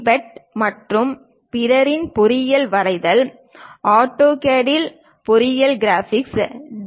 but மற்றும் பிறரின் பொறியியல் வரைதல் ஆட்டோகேடில் பொறியியல் கிராபிக்ஸ் டி